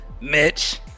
mitch